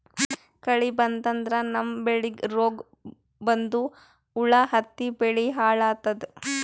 ಕಳಿ ಬಂತಂದ್ರ ನಮ್ಮ್ ಬೆಳಿಗ್ ರೋಗ್ ಬಂದು ಹುಳಾ ಹತ್ತಿ ಬೆಳಿ ಹಾಳಾತದ್